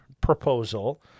proposal